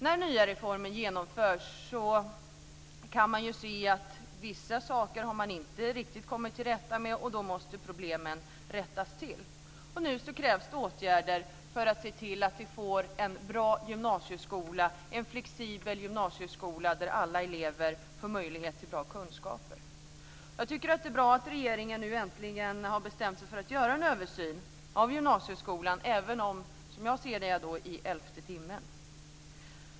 När den nya reformen genomförts kan vi se att man inte kommit till rätta med vissa saker. Då måste problemen rättas till. Nu krävs det åtgärder för att se till att vi får en bra gymnasieskola, en flexibel gymnasieskola där alla elever får möjlighet till bra kunskaper. Jag tycker att det är bra att regeringen nu äntligen har bestämt sig för att göra en översyn av gymnasieskolan även om det som jag ser det är i elfte timmen.